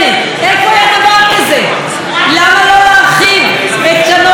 למה לא להרחיב את הלקטורים בקרנות הקולנוע?